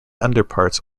underparts